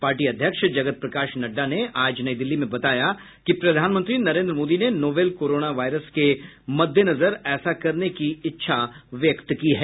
party अध्यक्ष जगत प्रकाश नड्डा ने आज नई दिल्ली में बताया कि प्रधानमंत्री नरेन्द्र मोदी ने नोवल कोरोना वायरस के मद्देनजर ऐसा करने की इच्छा व्यक्त की है